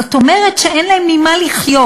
זאת אומרת שאין להם ממה לחיות.